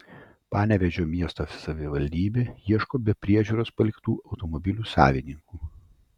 panevėžio miesto savivaldybė ieško be priežiūros paliktų automobilių savininkų